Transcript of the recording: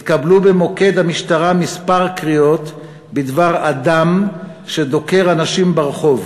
התקבלו במוקד המשטרה כמה קריאות בדבר אדם שדוקר אנשים ברחוב